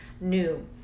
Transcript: new